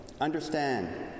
Understand